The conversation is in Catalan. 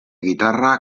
guitarra